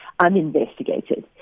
uninvestigated